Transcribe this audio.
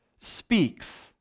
speaks